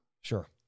Sure